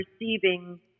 receiving